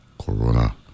Corona